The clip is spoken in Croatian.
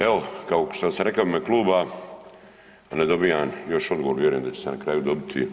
Evo kao što sam rekao u ime kluba ne dobivam još odgovor, a vjerujem da će se na kraju dobiti.